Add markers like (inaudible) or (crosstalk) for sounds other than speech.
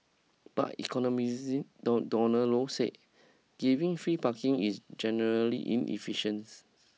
but economist (unintelligible) Donald Low said giving free parking is generally inefficience